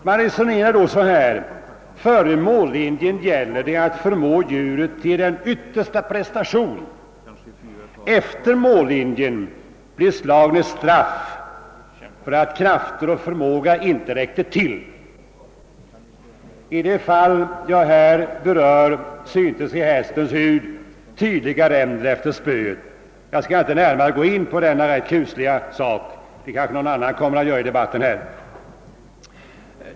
Man resonerar så här: Före mållinjen gäller det att förmå djuret till yttersta prestation — efter mållinjen blir slagen ett straff för att krafter och förmåga inte räckte till. I det fall jag här berör syntes i hästens hud tydliga ränder efter spöet. Jag skall inte närmare gå in på denna rätt kusliga sak; det kanske någon annan kommer att göra i debatten.